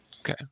Okay